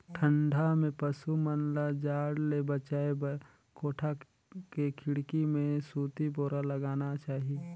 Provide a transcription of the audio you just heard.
ठंडा में पसु मन ल जाड़ ले बचाये बर कोठा के खिड़की में सूती बोरा लगाना चाही